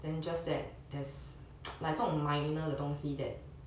then just that there's like 这种 minor 的东西 that